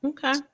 Okay